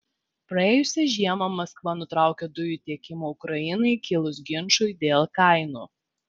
praėjusią žiemą maskva nutraukė dujų tiekimą ukrainai kilus ginčui dėl kainų